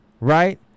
right